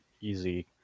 easy